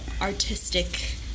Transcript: artistic